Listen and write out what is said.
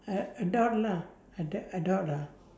uh adult lah ad~ adult ah